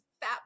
fat